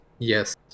Yes